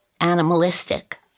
animalistic